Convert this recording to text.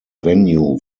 venue